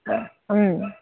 ம்